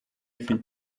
mfite